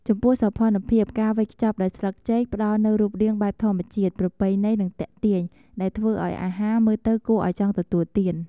ចំពោះសោភ័ណភាព ការវេចខ្ចប់ដោយស្លឹកចេកផ្តល់នូវរូបរាងបែបធម្មជាតិ ប្រពៃណី និងទាក់ទាញ ដែលធ្វើឱ្យអាហារមើលទៅគួរឱ្យចង់ទទួលទាន។